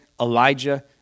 Elijah